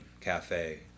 Cafe